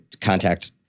contact